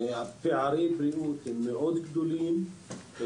פערי הבריאות מאוד גדולים.